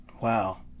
Wow